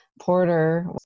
porter